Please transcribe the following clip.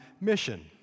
mission